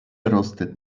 rostet